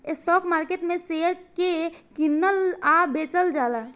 stock market में share के कीनल आ बेचल जाला